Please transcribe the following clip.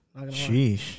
Sheesh